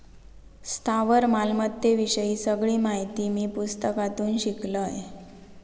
स्थावर मालमत्ते विषयी सगळी माहिती मी पुस्तकातून शिकलंय